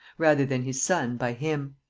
rather than his son by him.